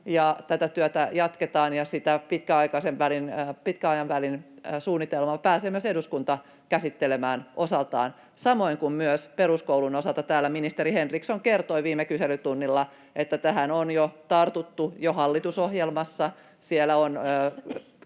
tätä työtä jatketaan, ja sitä pitkän aikavälin suunnitelmaa pääsee myös eduskunta käsittelemään osaltaan, samoin kuin myös peruskoulun osalta täällä ministeri Henriksson kertoi viime kyselytunnilla, että tähän on jo tartuttu, jo hallitusohjelmassa.